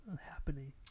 Happening